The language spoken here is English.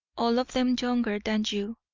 all of them younger than you,